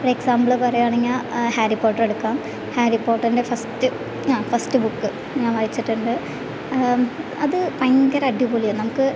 ഒരു എക്സാമ്പിൾ പറയുകയാണെങ്കിൽ Harry Potter എടുക്കാം ഹാരി പോട്ടറിൻ്റെ ഫസ്റ്റ് ആഹ് ഫസ്റ്റ് ബുക്ക് ഞാൻ വായിച്ചിട്ടുണ്ട് അത് ഭയങ്കര അടിപൊളിയ നമുക്ക്